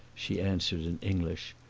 she answered in english,